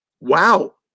Wow